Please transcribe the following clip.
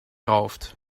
rauft